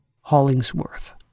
Hollingsworth